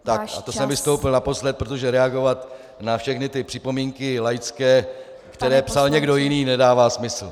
Tak a to jsem vystoupil naposled, protože reagovat na všechny ty laické připomínky, které psal někdo jiný, nedává smysl.